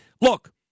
Look